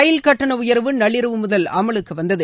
ரயில் கட்டண உயர்வு நள்ளிரவு முதல் அமலுக்கு வந்தது